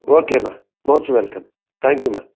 ஓகேம்மா most welcome தேங்க்யூம்மா